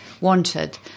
wanted